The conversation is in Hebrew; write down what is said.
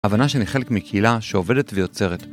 הבנה שאני חלק מקהילה שעובדת ויוצרת.